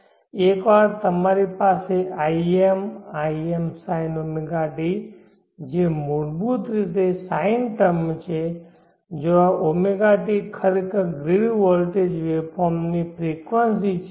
તેથી એકવાર તમારી પાસે im imsinɷt જે મૂળભૂત રીતે સાઇન ટર્મ છે જ્યાં ɷt ખરેખર ગ્રીડ વોલ્ટેજ વેવફોર્મની ફ્રેકવંસી છે